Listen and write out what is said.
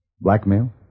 Blackmail